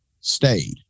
stayed